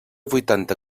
vuitanta